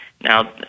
Now